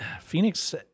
phoenix